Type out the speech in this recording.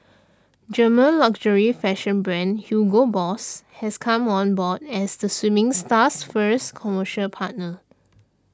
German luxury fashion brand Hugo Boss has come on board as the swimming star's first commercial partner